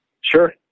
Sure